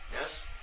Yes